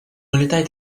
улетай